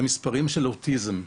למספרים של אוטיזם.